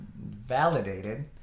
validated